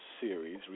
series